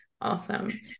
awesome